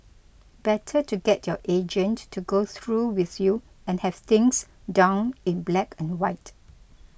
better to get your agent to go through with you and have things down in black and white